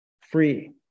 free